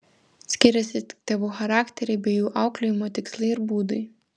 skyrėsi tik tėvų charakteriai bei jų auklėjimo tikslai ir būdai